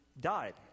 died